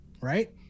Right